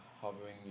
hovering